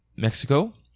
mexico